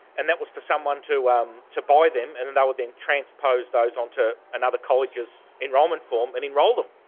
and that was for someone to um to buy them and then they would then transpose those onto another college's enrolment form and enrol them.